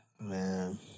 Man